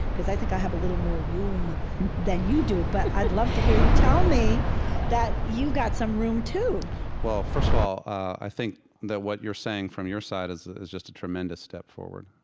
because i think i have a little more room than you do. but i'd love to hear you tell me that you got some room too well, first of all i think that what you're saying from your side is is just a tremendous step forward.